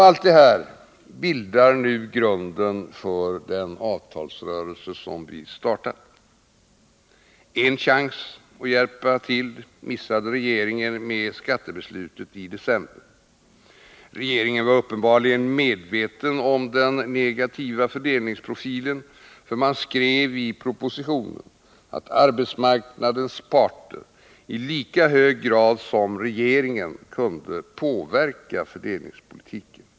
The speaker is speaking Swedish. Allt detta bildar grunden för den avtalsrörelse som vi nu startar. En chans att hjälpa till missade regeringen med skattebeslutet i december. Regeringen var uppenbarligen medveten om den negativa fördelningsprofilen, för man skrev i propositionen att arbetsmarknadens parter i lika hög grad som regeringen kunde påverka fördelningspolitiken.